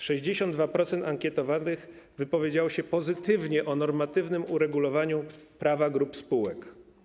62% ankietowanych wypowiedziało się pozytywnie o normatywnym uregulowaniu prawa grup spółek.